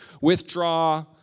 withdraw